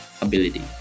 ability